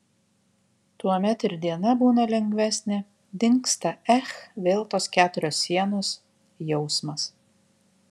tuomet ir diena būna lengvesnė dingsta ech vėl tos keturios sienos jausmas